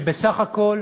שבסך הכול